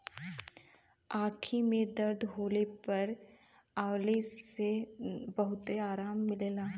आंखी में दर्द होले पर लगावे से बहुते आराम मिलला